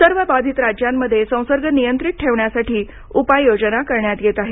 सर्व बाधित राज्यांमध्ये संसर्ग नियंत्रित ठेवण्यासाठी उपाय योजना करण्यात येत आहेत